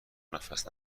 نفس